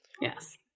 Yes